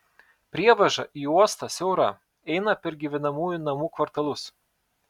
prievaža į uostą siaura eina per gyvenamųjų namų kvartalus